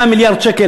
100 מיליארד שקל,